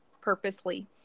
purposely